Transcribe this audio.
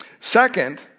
Second